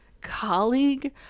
colleague